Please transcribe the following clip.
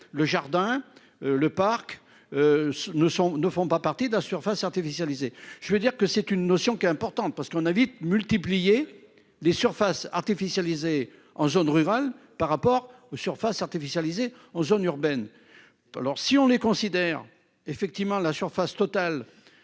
le jardin. Le parc. Ne sont ne font pas partie de la surfaces artificialisées. Je veux dire que c'est une notion qui est importante parce qu'on a vite multiplié les surfaces artificialisées en zone rurale, par rapport aux surfaces artificialisées en zone urbaine. Alors si on les considère effectivement la surface totale